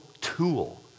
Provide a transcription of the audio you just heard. tool